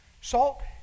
Salt